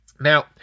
Now